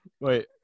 wait